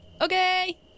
Okay